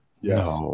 Yes